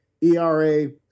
ERA